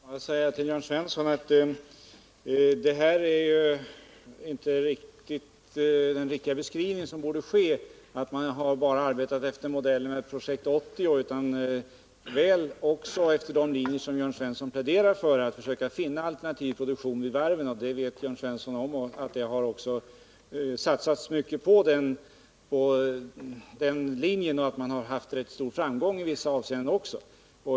Fru talman! Får jag säga till Jörn Svensson att det inte ger en riktig beskrivning av läget när man säger att vi bara arbetat efter modellen Projekt 80. Vi har också arbetat efter de linjer som Jörn Svensson pläderar för, nämligen att försöka finna alternativ produktion vid varven. Jörn Svensson känner också till att man har satsat mycket på den linjen och att man i vissa avseenden haft rätt stor framgång.